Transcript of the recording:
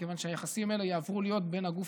מכיוון שהיחסים האלה יעברו להיות בין הגוף